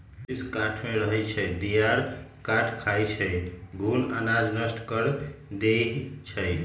ऊरीस काठमे रहै छइ, दियार काठ खाई छइ, घुन अनाज नष्ट कऽ देइ छइ